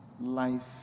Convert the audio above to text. Life